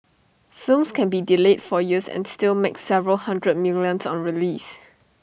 films can be delayed for years and still make several hundred millions on release